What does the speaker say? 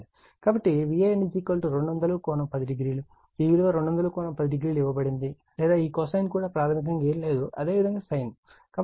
కాబట్టి Van 200∠100 ఈ విలువ 200 కోణం 100 ఇవ్వబడింది లేదా ఈ cosine కూడా ప్రాథమికంగా ఏమీ లేదు అదేవిధంగా sin